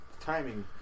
timing